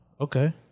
okay